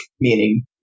meaning